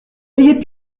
ayez